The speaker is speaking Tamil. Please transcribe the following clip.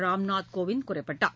ராம்நாத் கோவிந்த் குறிப்பிட்டார்